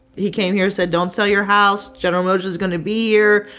he came here, said, don't sell your house. general motors is gonna be here,